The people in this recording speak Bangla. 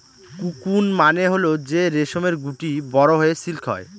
কোকুন মানে হল যে রেশমের গুটি বড়ো হয়ে সিল্ক হয়